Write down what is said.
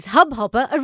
Hubhopper